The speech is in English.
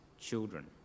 children